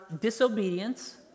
disobedience